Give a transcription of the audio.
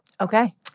Okay